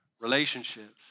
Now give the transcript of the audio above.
relationships